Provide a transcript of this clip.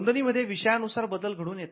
नोंदणी मध्ये विषयानुसार बदल घडून येतात